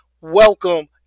Welcome